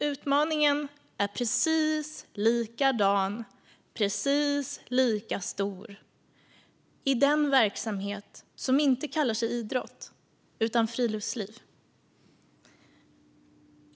Utmaningen är precis likadan och precis lika stor i den verksamhet som inte kallar sig idrott utan friluftsliv.